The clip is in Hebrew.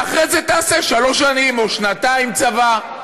ואחרי זה תעשה שלוש שנים או שנתיים צבא.